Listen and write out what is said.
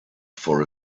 for